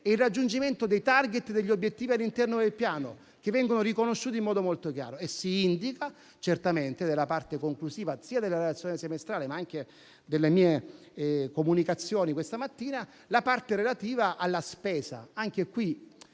il raggiungimento dei *target* degli obiettivi all'interno del Piano viene riconosciuto in modo molto chiaro e si indica, sia nella parte conclusiva della relazione semestrale, ma anche nelle mie comunicazioni questa mattina, la parte relativa alla spesa. Anche in